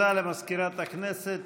הודעה למזכירת הכנסת.